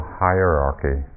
hierarchy